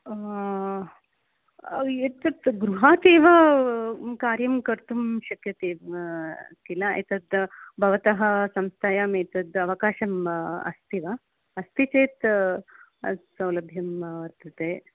यत् तत् गृहात् एव कार्यं कर्तुं शक्यते किल एतत् भवतः संस्थायाम् एतत् अवकाशम् अस्ति वा अस्ति चेत् सौलभ्यं वर्तते